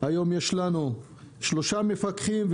היום יש לנו שלושה מפקחים.